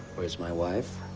where's my wife?